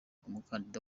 umukandida